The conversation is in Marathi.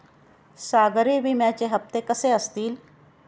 सागरी विम्याचे हप्ते कसे असतील?